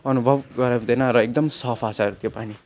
अनुभव गराउँदैन र एकदम सफा छ त्यो पानी